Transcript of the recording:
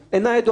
לא,